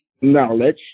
knowledge